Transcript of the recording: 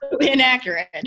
Inaccurate